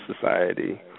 society